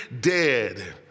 dead